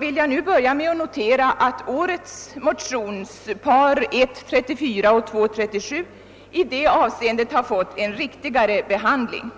vill jag nu börja med att notera att årets motionspar, I: 34 och II: 37, i det avseendet fått en riktigare behandling.